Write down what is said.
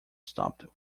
stopped